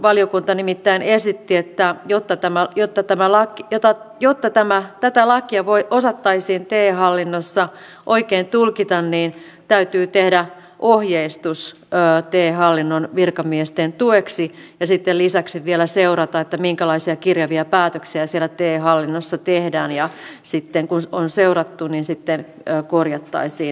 valiokunta nimittäin esitti että a jotta tämä jotta tämä laki jota jotta tätä lakia osattaisiin te hallinnossa oikein tulkita niin täytyy tehdä ohjeistus te hallinnon virkamiesten tueksi ja sitten lisäksi vielä seurata minkälaisia kirjavia päätöksiä siellä te hallinnossa tehdään ja sitten kun on seurattu korjattaisiin lakia